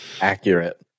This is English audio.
Accurate